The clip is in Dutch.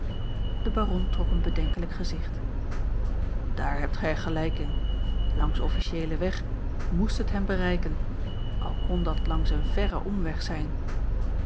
de baron trok een bedenkelijk gezicht daar hebt gij gelijk in langs officieelen weg moest het hem bereiken al kon dat langs een verren omweg zijn